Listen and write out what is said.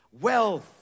Wealth